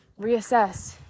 reassess